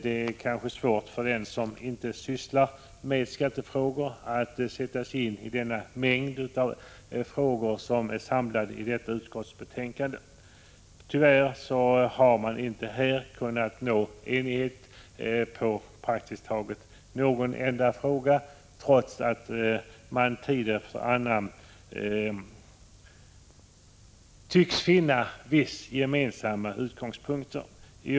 Det är kanske svårt för den som inte sysslar med skattefrågor att sätta sig ini den mängd av ärenden som är samlad i detta utskottsbetänkande. Tyvärr har man knappast i någon fråga kunnat nå enighet, trots att man tid efter annan tycks finna vissa gemensamma utgångspunkter. I år har man inte alls — Prot.